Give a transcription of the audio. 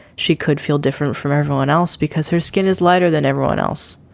she could feel different from everyone else because her skin is lighter than everyone else.